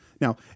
Now